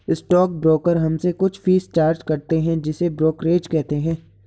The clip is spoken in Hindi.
स्टॉक ब्रोकर हमसे कुछ फीस चार्ज करते हैं जिसे ब्रोकरेज कहते हैं